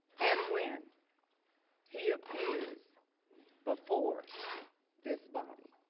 and when he appears before this body.